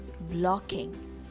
blocking